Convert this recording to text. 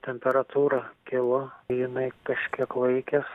temperatūra kilo jinai kažkiek laikės